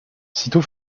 sitôt